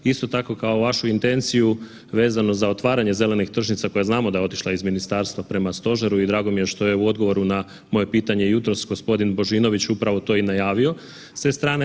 Isto tako kao vašu intenciju vezano za otvaranje zelenih tržnica koje znamo da je otišla iz ministarstva prema stožeru i drago mi je što u odgovoru na moje pitanje jutros gospodin Božinović upravo to i najavio s te strane.